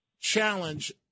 challenge